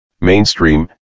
mainstream